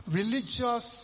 Religious